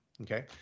Okay